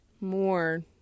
more